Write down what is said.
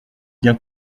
bien